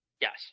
Yes